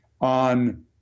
on